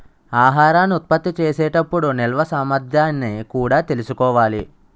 ఆహారాన్ని ఉత్పత్తి చేసే టప్పుడు నిల్వ సామర్థ్యాన్ని కూడా తెలుసుకోవాలి